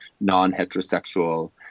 non-heterosexual